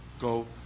go